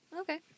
okay